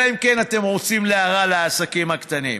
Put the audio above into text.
אלא אם כן אתם רוצים להרע לעסקים הקטנים.